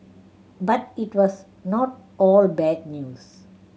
but it was not all bad news